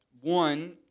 One